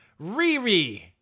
riri